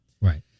right